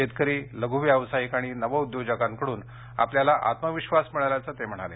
शेतकरी लघू व्यावसायिक आणि नव उद्योजकांकडून आपल्याला आत्मविश्वास मिळाल्याचं ते म्हणाले